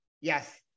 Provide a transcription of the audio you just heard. yes